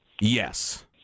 yes